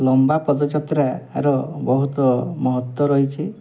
ଲମ୍ବା ପଦଯାତ୍ରାର ବହୁତ ମହତ୍ତ୍ଵ ରହିଛି